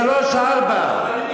לשלוש ארבע.